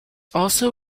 also